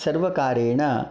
सर्वकारेण